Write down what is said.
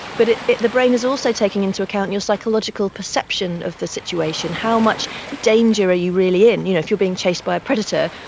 but the brain is also taking into account your psychological perception of the situation, how much danger are you really in. you know, if you are being chased by a predator,